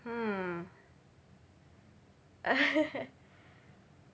hmm